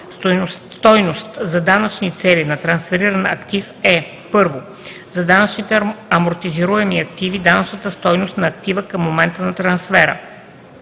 Стойност за данъчни цели на трансфериран актив е: 1. за данъчните амортизируеми активи – данъчната стойност на актива към момента на трансфера;